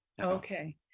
Okay